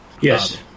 Yes